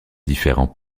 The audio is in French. différents